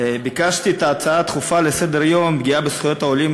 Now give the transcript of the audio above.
ביקשתי הצעה דחופה לסדר-היום בנושא פגיעה בזכויות העולים